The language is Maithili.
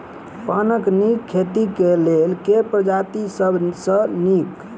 पानक नीक खेती केँ लेल केँ प्रजाति सब सऽ नीक?